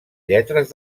lletres